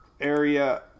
area